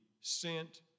sent